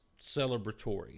celebratory